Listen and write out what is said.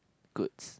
goods